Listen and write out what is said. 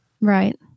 Right